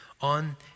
On